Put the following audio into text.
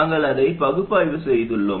நாங்கள் அதை பகுப்பாய்வு செய்துள்ளோம்